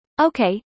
Okay